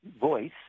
voice